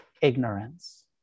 ignorance